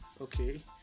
okay